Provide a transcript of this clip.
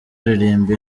aririmba